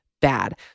BAD